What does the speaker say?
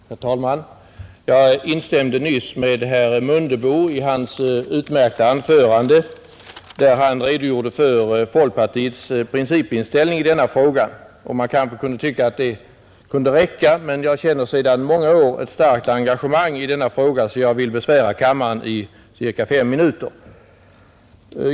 Herr talman! Jag instämde nyss i herr Mundebos utmärkta anförande, där han redogjorde för folkpartiets principinställning i denna fråga. Man kanske kunde tycka att det kunda räcka, men jag känner sedan många år ett starkt engagemang i denna fråga, så jag vill besvära kammaren under cirka fem minuter.